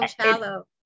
shallow